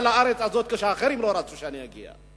לארץ הזו כשאחרים לא רצו שאני אגיע,